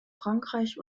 frankreich